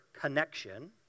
connection